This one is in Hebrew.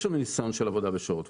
יש לנו ניסיון של עבודה בשעות.